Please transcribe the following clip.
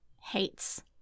hates